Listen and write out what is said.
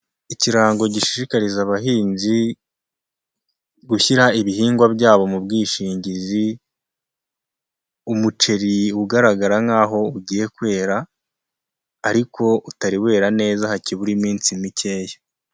Ikirango gishishikariza abahinzi gushyira ibihingwa byabo mu bwishingizi, umuceri ugaragara nkaho ugiye kwera ariko utari wera neza hakibura iminsi mikeya.